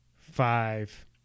five